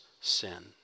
sin